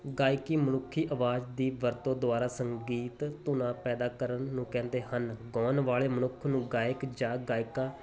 ਗਾਇਕੀ ਮਨੁੱਖੀ ਆਵਾਜ਼ ਦੀ ਵਰਤੋਂ ਦੁਆਰਾ ਸੰਗੀਤ ਧੁਨਾ ਪੈਦਾ ਕਰਨ ਨੂੰ ਕਹਿੰਦੇ ਹਨ ਗਾਉਣ ਵਾਲੇ ਮਨੁੱਖ ਨੂੰ ਗਾਇਕ ਜਾਂ ਗਾਇਕਾ